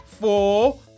four